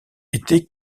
été